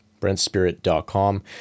brentspirit.com